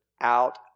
out